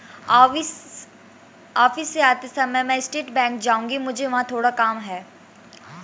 office से आते समय मैं स्टेट बैंक जाऊँगी, मुझे वहाँ थोड़ा काम है